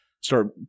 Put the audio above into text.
start